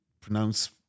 pronounce